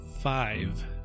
Five